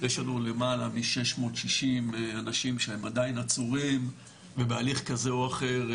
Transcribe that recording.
יש לנו למעלה מ-660 אנשים שהם עדיין עצורים ובהליך כזה או אחר,